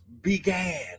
began